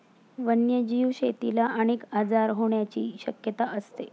वन्यजीव शेतीला अनेक आजार होण्याची शक्यता असते